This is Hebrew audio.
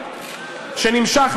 שנמשך,